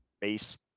base